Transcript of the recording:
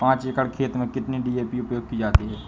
पाँच एकड़ खेत में कितनी डी.ए.पी उपयोग की जाती है?